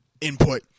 input